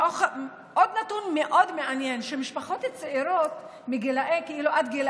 עוד נתון מאוד מעניין: משפחות צעירות עד גיל